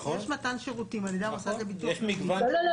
יש מתן שירותים על ידי המוסד לביטוח לאומי --- לא,